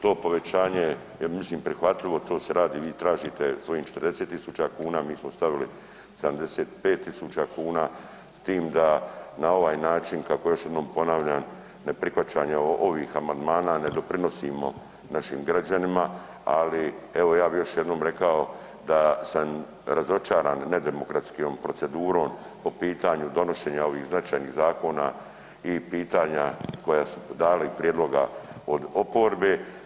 To povećanje je mislim prihvatljivo, to se radi, vi tražite svojih 40 tisuća kuna, mi smo stavili 75 tisuća kuna, s time da na ovaj način, kako još jednom ponavljam, neprihvaćanje ovih amandmana ne doprinosimo našim građanima, ali, evo, ja bih još jednom rekao da sam razočaran nedemokratskom procedurom po pitanju donošenja ovih značajnih zakona i pitanja koja su dali i prijedloga od oporbe.